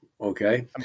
okay